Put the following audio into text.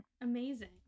Amazing